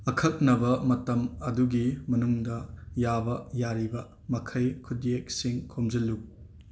ꯑꯀꯛꯅꯕ ꯃꯇꯝ ꯑꯗꯨꯒꯤ ꯃꯅꯨꯡꯗ ꯌꯥꯕ ꯌꯥꯔꯤꯕ ꯃꯈꯩ ꯈꯨꯠꯌꯦꯛꯁꯤꯡ ꯈꯣꯝꯖꯤꯜꯂꯨ